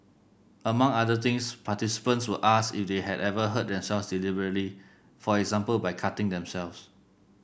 among other things participants were asked if they had ever hurt themselves deliberately for example by cutting themselves